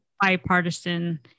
bipartisan